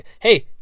hey